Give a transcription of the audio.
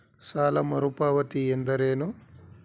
ಸಾಲ ಮರುಪಾವತಿ ಎಂದರೇನು?